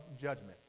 judgment